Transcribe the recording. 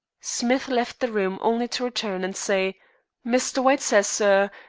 smith left the room only to return and say mr. white says, sir,